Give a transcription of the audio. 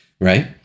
right